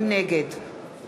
נגד